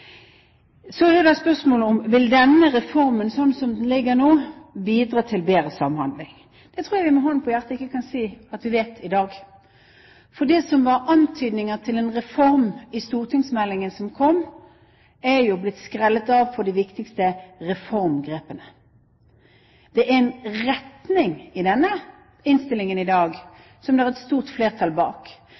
Så er jo da spørsmålet: Vil denne reformen slik den ligger nå, bidra til bedre samhandling? Det tror jeg vi med hånden på hjertet ikke kan si at vi vet i dag. For det som var antydninger til en reform i stortingsmeldingen som kom, er jo blitt skrellet av for de viktigste reformgrepene. Det er en retning i denne innstillingen i dag som det er stort flertall bak,